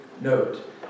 note